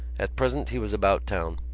at present he was about town.